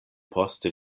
poste